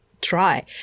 try